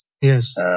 Yes